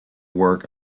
work